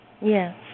Yes